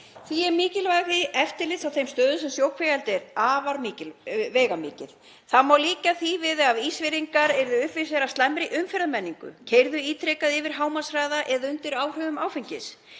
Því er mikilvægi eftirlits á þeim stöðum þar sem sjókvíaeldi er afar veigamikið. Það má líkja því við ef Ísfirðingar yrðu uppvísir að slæmri umferðarmenningu, keyrðu ítrekað yfir hámarkshraða eða undir áhrifum áfengis.